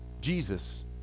Jesus